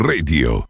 Radio